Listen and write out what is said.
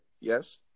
yes